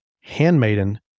Handmaiden